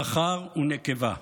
זכר ונקבה,